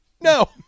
No